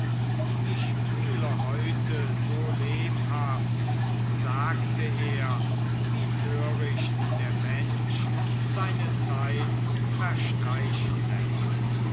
ich fühle heute so lebhaft sagte er wie töricht der mensch seine zeit verstreichen läßt